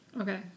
Okay